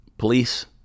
Police